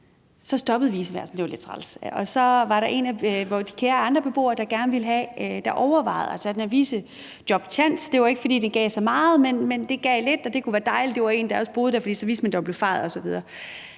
Så stoppede viceværten, det var lidt træls, og så var der en af de kære andre beboere, der overvejede at tage den her viceværttjans. Det var ikke, fordi det gav så meget, men det gav lidt, og det kunne være dejligt, at det var en, der også boede der, for så vidste man, at der blev fejet osv.